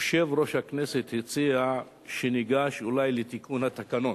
יושב-ראש הכנסת הציע שניגש אולי לתיקון התקנון